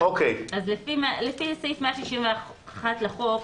לפי סעיף 161 לחוק,